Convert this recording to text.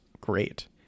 great